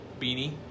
beanie